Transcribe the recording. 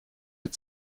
mit